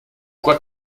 quoi